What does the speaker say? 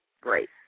Great